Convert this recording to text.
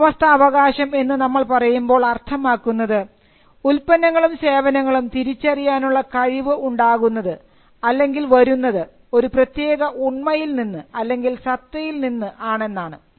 ഉടമസ്ഥാവകാശം എന്ന് നമ്മൾ പറയുമ്പോൾ അർത്ഥമാക്കുന്നത് ഉൽപ്പന്നങ്ങളും സേവനങ്ങളും തിരിച്ചറിയാനുള്ള കഴിവ് ഉണ്ടാകുന്നത് അല്ലെങ്കിൽ വരുന്നത് ഒരു പ്രത്യേക ഉണ്മയിൽ നിന്ന് അല്ലെങ്കിൽ സത്തയിൽ നിന്ന് ആണെന്നാണ്